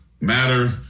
matter